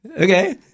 Okay